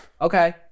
okay